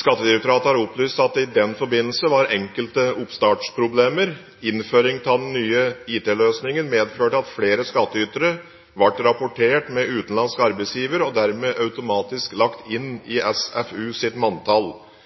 Skattedirektoratet har opplyst at det i den forbindelse var enkelte oppstartproblemer. Innføringen av den nye IT-løsningen medførte at flere skattytere ble rapportert med utenlandsk arbeidsgiver og dermed automatisk lagt inn i SFUs manntall. De berørte skattyterne fikk da utskrevet skattekort fra SFU